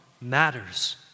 matters